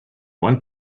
want